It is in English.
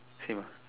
same ah